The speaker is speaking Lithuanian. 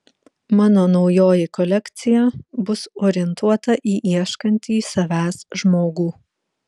mano naujoji kolekcija bus orientuota į ieškantį savęs žmogų